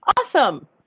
awesome